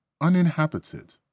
uninhabited